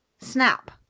snap